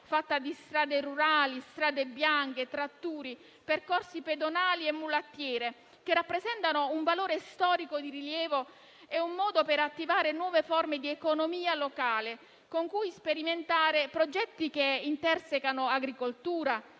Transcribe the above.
fatta di strade rurali, strade bianche, tratturi, percorsi pedonali e mulattiere, che rappresentano un valore storico di rilievo e un modo per attivare nuove forme di economia locale, con cui sperimentare progetti che intersecano agricoltura,